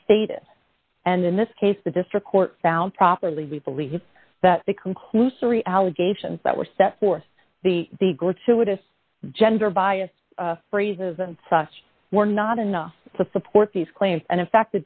status and in this case the district court found properly we believe that the conclusory allegations that were set forth the the gratuitous gender biased phrases and such were not enough to support these claims and in fact the